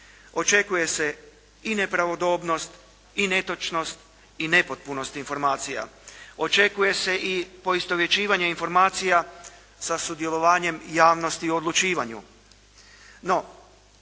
Očekuje se i nepravodobnost i netočnost i nepotpunost informacija. Očekuje se i poistovjećivanje informacija sa sudjelovanjem javnosti u odlučivanju.